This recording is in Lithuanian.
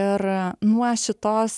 ir nuo šitos